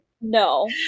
no